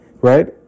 Right